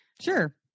Sure